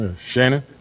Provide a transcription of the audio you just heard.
Shannon